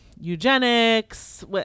eugenics